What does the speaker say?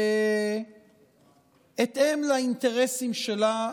בהתאם לאינטרסים שלה,